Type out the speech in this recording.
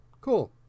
cool